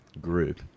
group